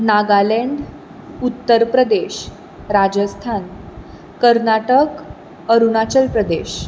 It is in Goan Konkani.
नागालँड उत्तर प्रदेश राजस्थान कर्नाटक अरुणाचल प्रदेश